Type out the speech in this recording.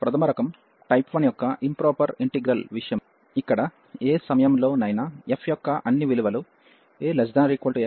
ప్రధమ రకం యొక్క ప్రాపర్ ఇంటిగ్రల్ విషయంలో ఇక్కడ ఏ సమయంలోనైనా f యొక్క అన్ని విలువలుax ≤ b∞